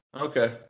okay